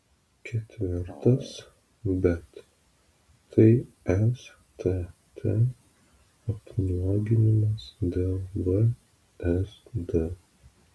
ketvirtas bet tai stt apnuoginimas dėl vsd